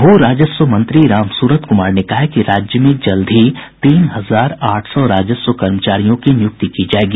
भू राजस्व मंत्री रामसूरत कुमार ने कहा है कि राज्य में जल्द ही तीन हजार आठ सौ राजस्व कर्मचारियों की नियुक्ति की जायेगी